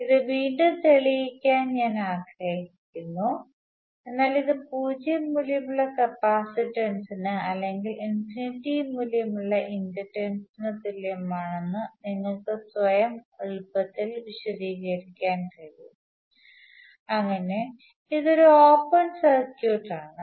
ഇത് വീണ്ടും തെളിയിക്കാൻ ഞാൻ ആഗ്രഹിക്കുന്നു എന്നാൽ ഇത് പൂജ്യം മൂല്യമുള്ള കപ്പാസിറ്റൻസിന് അല്ലെങ്കിൽ ഇൻഫിനിറ്റി മൂല്യമുള്ള ഇൻഡക്റ്റൻസിന് തുല്യമാണെന്ന് നിങ്ങൾക്ക് സ്വയം എളുപ്പത്തിൽ വിശദീകരിക്കാൻ കഴിയും അങ്ങനെ ഇത് ഒരു ഓപ്പൺ സർക്യൂട്ട് ആണ്